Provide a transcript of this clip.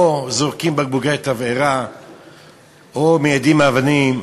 שהם זורקים בקבוקי תבערה או מיידים אבנים,